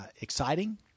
exciting